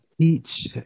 teach